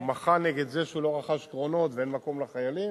הוא מחה נגד זה שהוא לא רכש קרונות ואין מקום לחיילים.